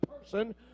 person